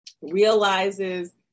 realizes